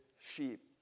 sheep